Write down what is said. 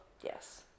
Yes